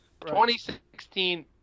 2016